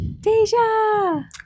Deja